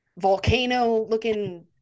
volcano-looking